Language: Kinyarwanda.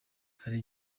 hari